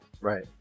Right